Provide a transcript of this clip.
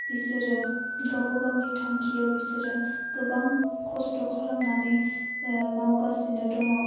बिसोरो गावबा गावनि थांखियाव बिसोरो गोेबां खस्थ' खाालामनानै माावगासिनो दङ